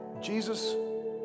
Jesus